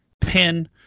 pin